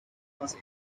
was